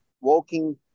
walking